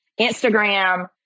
Instagram